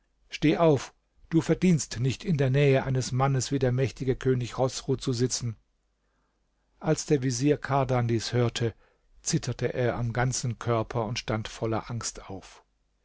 steh auf du verdienst nicht in der nähe eines mannes wie der mächtige könig chosru zu sitzen als der vezier kardan dies hörte zitterte er am ganzen körper und stand voller angst auf